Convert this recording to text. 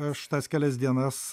aš tas kelias dienas